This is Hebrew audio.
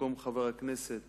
במקום חבר הכנסת